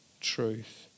truth